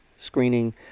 screening